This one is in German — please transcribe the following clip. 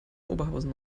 oberhausen